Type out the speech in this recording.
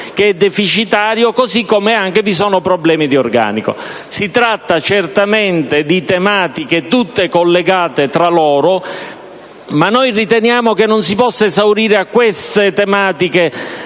che è deficitario, così come vi sono problemi di organico. Si tratta certamente di tematiche collegate tra loro; noi riteniamo, però, che non si possa esaurire a queste tematiche